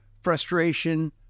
frustration